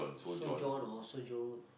sojourn or sojourn